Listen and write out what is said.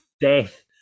death